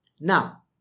Now